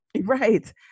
Right